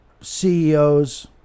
CEOs